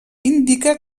indica